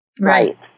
Right